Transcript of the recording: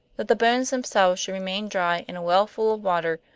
that the bones themselves should remain dry in a well full of water,